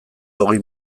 hogei